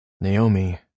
Naomi